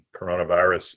coronavirus